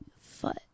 foot